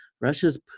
Russia's